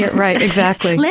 right, exactly.